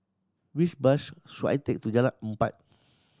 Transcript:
which bus to Jalan Empat